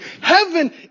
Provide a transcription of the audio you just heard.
Heaven